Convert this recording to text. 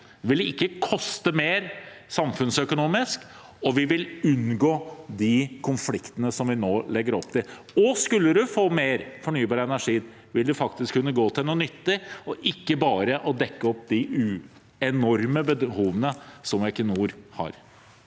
det ville ikke kostet mer samfunnsøkonomisk, og vi ville unngått de konfliktene vi nå legger opp til. Skulle man få mer fornybar energi, ville det faktisk kunne gå til noe nyttig, og ikke bare til å dekke opp de enorme behovene som Equinor har.